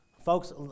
Folks